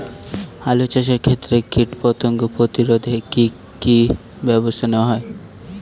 আলু চাষের ক্ষত্রে কীটপতঙ্গ প্রতিরোধে কি কী ব্যবস্থা নেওয়া হয়?